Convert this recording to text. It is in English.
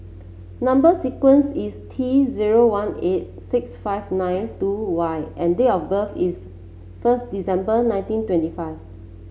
number sequence is T zero one eight six five nine two Y and date of birth is first December nineteen twenty five